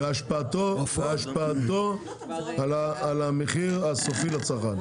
והשפעתו על המחיר הסופי לצרכן.